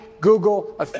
Google